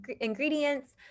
ingredients